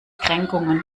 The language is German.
kränkungen